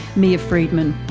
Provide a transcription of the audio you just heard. mia freedman.